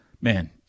man